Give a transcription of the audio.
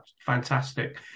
fantastic